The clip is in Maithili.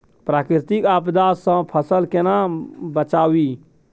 प्राकृतिक आपदा सं फसल केना बचावी?